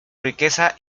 riqueza